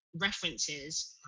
references